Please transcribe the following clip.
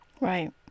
right